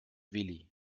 willi